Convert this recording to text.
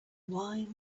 wine